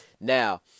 Now